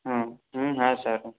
હા હા હા સારું